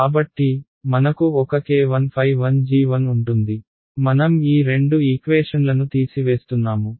కాబట్టి మనకు ఒక k1ɸ1g1 ఉంటుంది మనం ఈ రెండు ఈక్వేషన్లను తీసివేస్తున్నాము